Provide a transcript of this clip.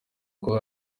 kuba